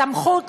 סמכות,